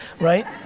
right